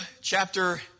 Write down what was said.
chapter